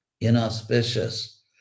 inauspicious